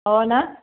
हो ना